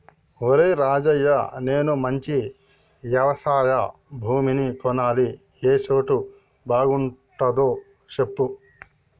ఒరేయ్ రాజయ్య నేను మంచి యవశయ భూమిని కొనాలి ఏ సోటు బాగుంటదో సెప్పు